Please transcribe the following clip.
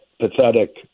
pathetic